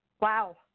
Wow